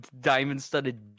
diamond-studded